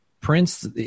Prince